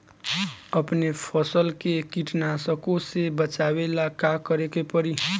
अपने फसल के कीटनाशको से बचावेला का करे परी?